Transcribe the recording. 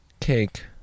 cake